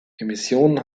emissionen